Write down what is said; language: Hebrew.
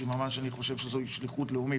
כי ממש אני חושב שזוהי שליחות לאומית,